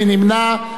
מי נמנע?